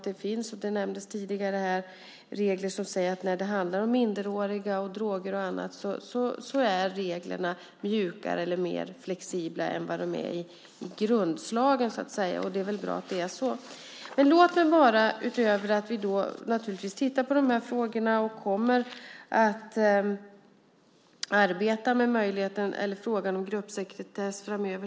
Det finns också - det nämndes tidigare - regler som säger att när det handlar om minderåriga och droger och annat är reglerna mjukare eller mer flexibla än vad de är i grunden, så att säga. Och det är väl bra att det är så. Vi tittar naturligtvis på de här frågorna och kommer att arbeta med frågan om gruppsekretess framöver.